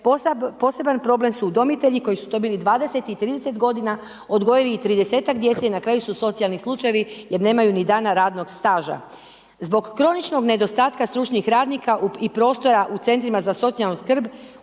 poseban problem su udomitelji koji su to bili 20 i 30 godina, odgojili i 30-ak djece i na kraju su socijalni slučajevi jer nemaju ni dana radnog staža. Zbog kroničnog nedostatka stručnih radnika i prostora u Centrima za socijalnu skrb,